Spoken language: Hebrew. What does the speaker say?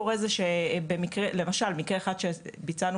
מה שקורה זה שלמשל במקרה אחד שבו ביצענו